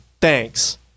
thanks